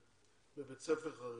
בבית ספר חרדי,